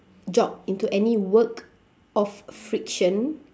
job into any work of friction